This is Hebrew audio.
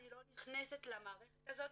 אני לא נכנסת למערכת הזאת,